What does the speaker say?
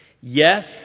Yes